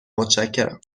متشکرم